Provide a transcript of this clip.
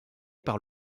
par